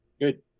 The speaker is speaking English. Good